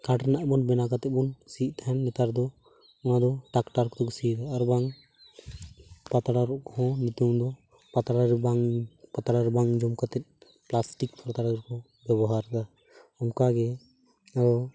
ᱠᱟᱴ ᱨᱮᱱᱟᱜᱵᱚᱱ ᱵᱮᱱᱟᱣ ᱠᱟᱛᱮᱵᱚᱱ ᱥᱤᱭᱮᱫ ᱛᱟᱦᱮᱱ ᱱᱮᱛᱟᱨᱫᱚ ᱱᱚᱣᱟᱫᱚ ᱴᱨᱟᱠᱴᱟᱨ ᱠᱚᱛᱮ ᱠᱚ ᱥᱤᱭᱮᱫᱟ ᱟᱨᱵᱟᱝ ᱯᱟᱛᱲᱟᱨᱚᱜ ᱠᱚᱦᱚᱸ ᱱᱤᱛᱚᱝᱫᱚ ᱯᱟᱛᱲᱟᱨᱮ ᱵᱟᱝ ᱯᱟᱛᱲᱟᱨᱮ ᱵᱟᱝ ᱡᱚᱢᱠᱟᱛᱮᱫ ᱯᱞᱟᱥᱴᱤᱠ ᱯᱟᱛᱲᱟ ᱜᱮᱵᱚᱱ ᱵᱮᱵᱚᱦᱟᱨ ᱮᱫᱟ ᱚᱱᱠᱟᱜᱮ ᱟᱵᱚ